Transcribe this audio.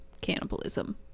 cannibalism